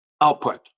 output